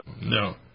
No